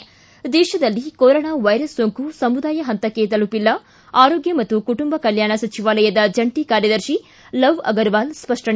ಿ ದೇಶದಲ್ಲಿ corona virus ಸೋಂಕು ಸಮುದಾಯ ಪಂತಕ್ಕೆ ತಲುಪಿಲ್ಲ ಆರೋಗ್ಗ ಮತ್ತು ಕುಟುಂಬ ಕಲ್ಯಾಣ ಸಚಿವಾಲಯದ ಜಂಟಿ ಕಾರ್ಯದರ್ಶಿ ಲವ್ ಅಗರ್ವಾಲ್ ಸ್ಪಷ್ಟನೆ